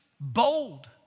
Bold